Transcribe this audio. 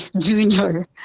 junior